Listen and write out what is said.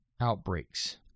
outbreaks